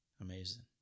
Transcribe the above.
Amazing